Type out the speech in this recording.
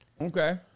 Okay